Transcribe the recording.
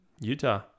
Utah